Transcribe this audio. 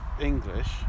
English